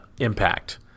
impact